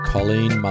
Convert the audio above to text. Colleen